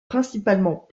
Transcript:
principalement